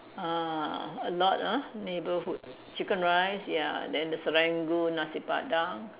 ah a lot ah neighborhood chicken rice ya then the Serangoon Nasi-Padang